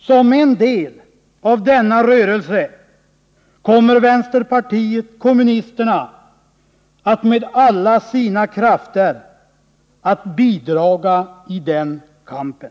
Som en del av denna rörelse kommer vänsterpartiet kommunisterna att med alla sina krafter bidraga i den kampen.